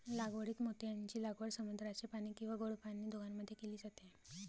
लागवडीत मोत्यांची लागवड समुद्राचे पाणी किंवा गोड पाणी दोघांमध्ये केली जाते